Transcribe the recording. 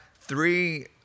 three